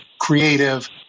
creative